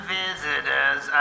visitors